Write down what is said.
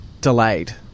delayed